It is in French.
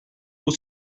pour